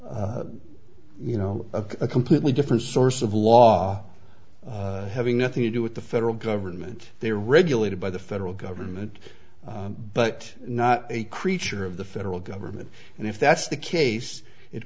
you know a completely different source of law having nothing to do with the federal government they are regulated by the federal government but not a creature of the federal government and if that's the case it